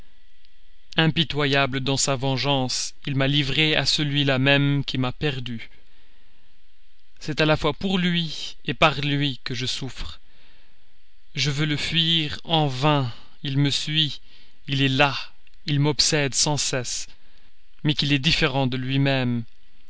impitoyable dans sa vengeance il m'a livrée à celui-là même qui m'a perdue c'est à la fois pour lui par lui que je souffre je veux le fuir en vain il me suit il est là il m'obsède sans cesse mais qu'il est différent de lui-même